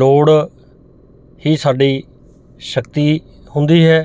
ਲੋੜ ਹੀ ਸਾਡੀ ਸ਼ਕਤੀ ਹੁੰਦੀ ਹੈ